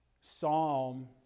psalm